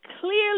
clearly